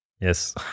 Yes